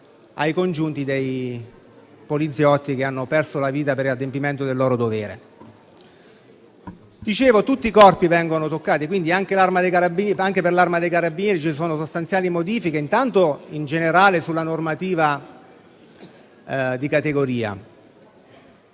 ai congiunti dei poliziotti che hanno perso la vita nell'adempimento del loro dovere. Tutti i Corpi vengono toccati dal provvedimento. Anche per l'Arma dei Carabinieri intervengono sostanziali modifiche, intanto in generale sulla normativa di categoria.